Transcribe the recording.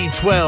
D12